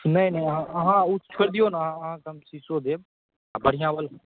नहि नहि अहाँ ओ छोड़ि दियौ ने अहाँ अहाँकेँ हम शीशो देब आ बढ़िआँ बला